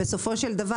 בסופו של דבר,